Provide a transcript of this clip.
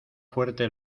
fuerte